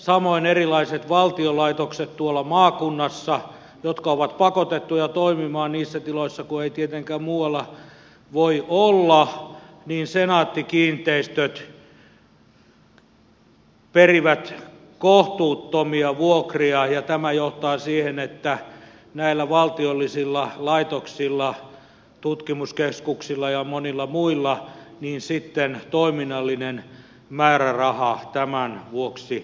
samoin erilaisilta valtion laitoksilta tuolla maakunnassa jotka ovat pakotettuja toimimaan niissä tiloissa kun ei tietenkään muualla voi olla senaatti kiinteistöt perii kohtuuttomia vuokria ja tämä johtaa siihen että näillä valtiollisilla laitoksilla tutkimuskeskuksilla ja monilla muilla toiminnallinen määräraha tämän vuoksi pienenee